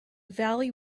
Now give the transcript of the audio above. valley